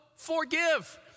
forgive